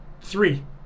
Three